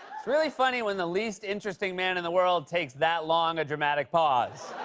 it's really funny when the least interesting man in the world takes that long a dramatic pause.